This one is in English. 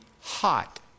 hot